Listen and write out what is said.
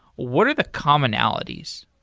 what are the commonalities?